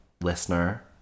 listener